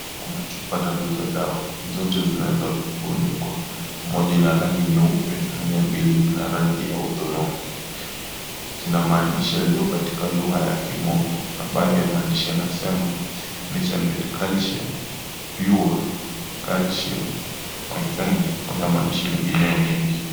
Kuna chupa tatu za dawa. Zote zimeweza kufunikwa ,moja ina rangi nyeupe na zingine mbili ina rangi ya hudhurungi ,zina maandishi yaliyo katika lugha ya kimombo na baadhi ya maandishi yanasema measure medicalcium pure calcium.